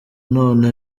none